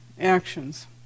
actions